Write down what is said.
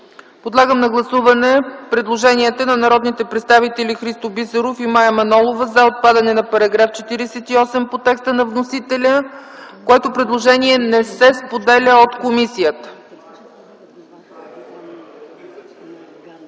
Подлагам на гласуване предложенията на народните представители Христо Бисеров и Мая Манолова за отпадане на § 56 по вносител, които предложения не се подкрепят от комисията.